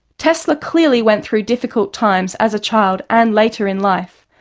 tesla clearly went through difficult times as a child and later in life,